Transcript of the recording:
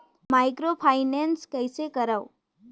Microfinance कइसे करव?